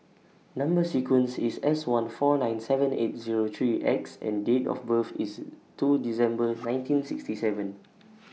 Number sequence IS S one four nine seven eight Zero three X and Date of birth IS two December nineteen sixty seven